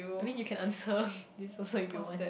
I mean you can answer this also if you want